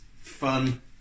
fun